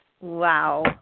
Wow